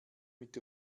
mit